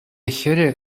хӗрӗ